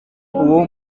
uwo